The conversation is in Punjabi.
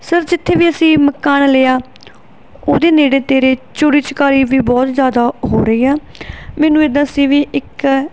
ਸਰ ਜਿੱਥੇ ਵੀ ਅਸੀਂ ਮਕਾਨ ਲਿਆ ਉਹਦੇ ਨੇੜੇ ਤੇੜੇ ਚੋਰੀ ਚਕਾਰੀ ਵੀ ਬਹੁਤ ਜ਼ਿਆਦਾ ਹੋ ਰਹੀ ਆ ਮੈਨੂੰ ਇੱਦਾਂ ਸੀ ਵੀ ਇੱਕ